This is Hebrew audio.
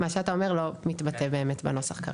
מה שאתה אומר לא מתבטא באמת בנוסח כרגע.